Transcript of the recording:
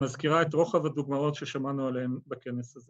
‫מזכירה את רוחב הדוגמאות ‫ששמענו עליהן בכנס הזה.